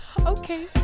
Okay